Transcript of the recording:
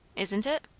isn't it?